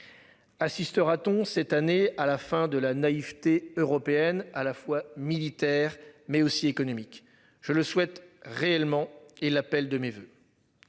Assistera-t-on cette année à la fin de la naïveté européenne à la fois militaire mais aussi économique, je le souhaite réellement il l'appelle de mes voeux.